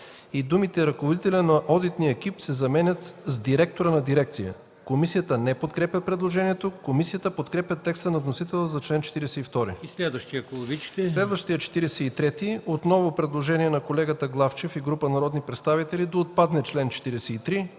и думите „ръководителя на одитния екип” се заменят с „директора на дирекция”. Комисията не подкрепя предложението. Комисията подкрепя текста на вносителя за чл. 42. По чл. 43 отново има предложение на господин Главчев и група народни представители – чл. 43